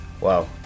Wow